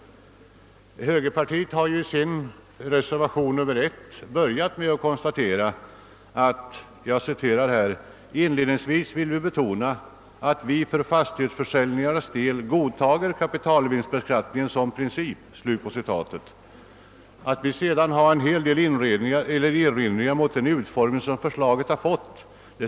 Högerpartiet inleder sin reservation 1 med ett konstaterande, som jag vill citera: »Inledningsvis vill vi betona, att vi för fastighetsförsäljningars del godtager kapitalvinstbeskattning som princip.» Jag skall här inte närmare beröra att vi därefter gjort en del erinringar mot den utformning förslaget fått.